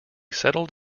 settled